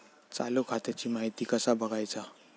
चालू खात्याची माहिती कसा बगायचा?